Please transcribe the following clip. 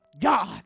God